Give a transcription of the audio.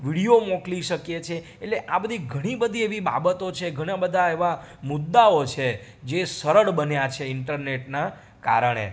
video મોકલી શકીએ છીએ એટલે આ બધી ઘણીબધી એવી બાબતો છે ઘણાબધા એવા મુદ્દાઓ છે જે સરળ બન્યા છે ઈન્ટરનેટના કારણે